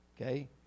okay